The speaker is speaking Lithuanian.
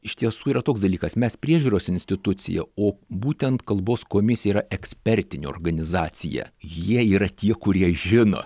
iš tiesų yra toks dalykas mes priežiūros institucija o būtent kalbos komisija yra ekspertinė organizacija jie yra tie kurie žino